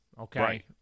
okay